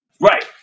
Right